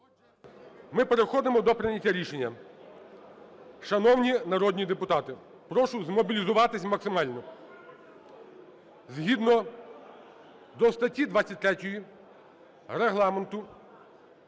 Ми переходимо до прийняття рішення. Шановні народні депутати, прошу змоблізуватись максимально. Згідно до статті 23 Регламенту